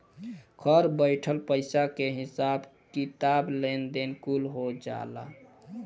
घर बइठल पईसा के हिसाब किताब, लेन देन कुल हो जाला